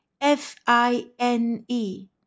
f-i-n-e